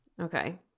Okay